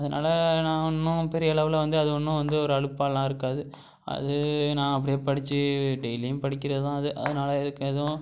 அதனாலே நான் ஒன்றும் பெரிய லெவலில் வந்து அது ஒன்றும் வந்து ஒரு அலுப்பாகலாம் இருக்காது அது நான் அப்படியே படிச்சு டெய்லியும் படிக்கிறது தான் அது அதனால இதுக்கு எதுவும்